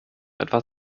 etwas